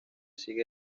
sigue